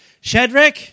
Shadrach